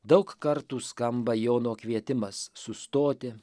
daug kartų skamba jono kvietimas sustoti